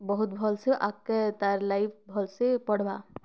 ବହୁତ୍ ଭଲସେ ଆଗକେ ତାର୍ ଲାଇଫ୍ ଭଲସେ ପଡ଼ବା